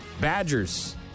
Badgers